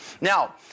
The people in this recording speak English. Now